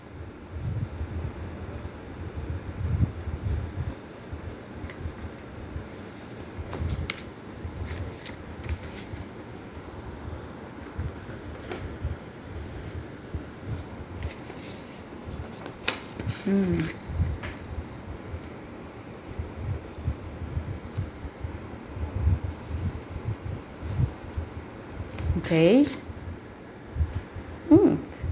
mm okay mm